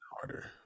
harder